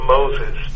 Moses